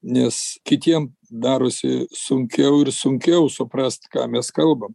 nes kitiem darosi sunkiau ir sunkiau suprast ką mes kalbam